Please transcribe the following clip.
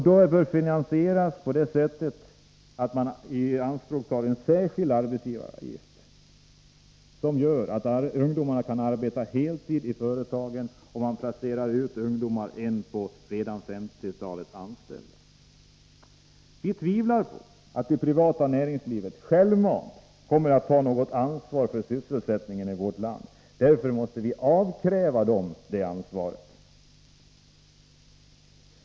Anställningsgarantin bör finansieras med en särskild arbetsgivaravgift, och garantin skall bestå i att ett heltidsarbete ställs till förfogande för varje femtiotal anställda. Vpk tvivlar på att det privata näringslivet självmant kommer att ta något ansvar för sysselsättningen i vårt land. Därför måste vi avkräva näringslivet ett ansvar.